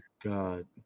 god